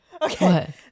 Okay